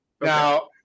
Now